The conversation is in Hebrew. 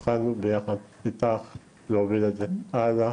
התחלנו ביחד איתך להוביל את זה הלאה